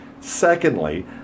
Secondly